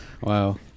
Wow